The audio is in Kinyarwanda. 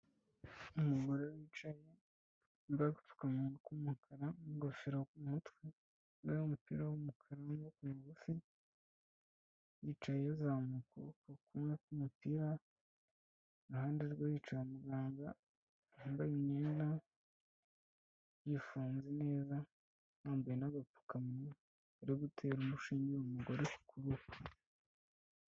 Umugore wicaye wambaye agapfukamunwa k'umukara n'ingofero mu mutwe, wambaye umupira w'umukara w'amaboko magufi, yicaye azamuye ukuboko kumwe k'umupira, iruhande rwe hicaye muganga wambaye imyenda yifunze neza, yambaye n'agapfukamunwa, ari gutera umushyi urushinge kukuboko.